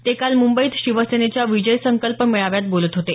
ते काल मुंबईत शिवसेनेच्या विजय संकल्प मेळाव्यात बोलत होते